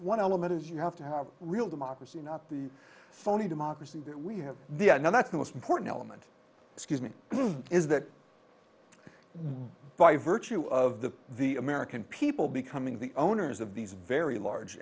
one element is you have to have real democracy not the phony democracy that we have the i know that's the most important element is that by virtue of the the american people becoming the owners of these very large